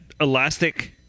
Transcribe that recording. elastic